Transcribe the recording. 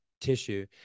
tissue